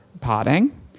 potting